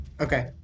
Okay